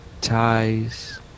Ties